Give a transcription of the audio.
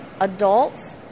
Adults